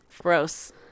gross